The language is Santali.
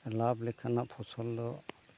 ᱞᱟᱵᱽ ᱞᱮᱠᱟᱱᱟᱜ ᱯᱷᱚᱥᱚᱞ ᱫᱚ